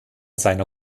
seiner